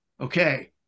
okay